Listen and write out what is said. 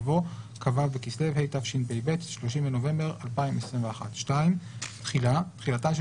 יבוא: כ"ו בכסלו התשפ"ב (30 בנובמבר 2021). תחילה 2.תחילתן של